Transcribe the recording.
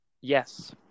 yes